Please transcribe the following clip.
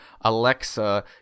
Alexa